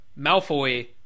Malfoy